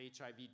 HIV